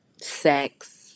Sex